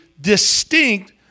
distinct